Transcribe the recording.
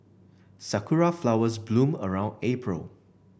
sakura flowers bloom around April